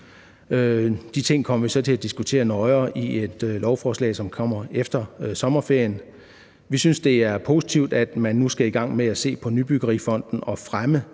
De ting kommer vi så til at diskutere nøjere i et lovforslag, som kommer efter sommerferien. Vi synes, at det er positivt, at man nu skal i gang med at se på Nybyggerifonden og fremme,